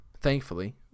thankfully